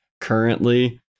currently